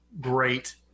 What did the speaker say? great